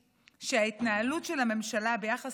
שההתנהלות של הממשלה ביחס למערכת